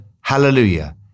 Hallelujah